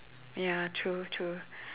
ya true true